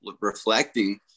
reflecting